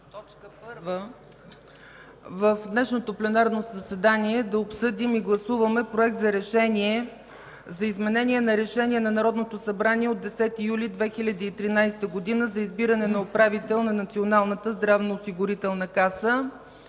като т. 1 в днешното пленарно заседание да обсъдим и гласуваме Проект на решение за изменение на Решение на Народното събрание от 10 юли 2013 г. за избиране на управител на Националната здравноосигурителна каса.